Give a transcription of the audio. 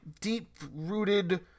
deep-rooted